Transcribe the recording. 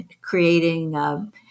creating